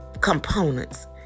components